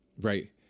Right